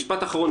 משפט אחרון,